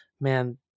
man